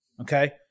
okay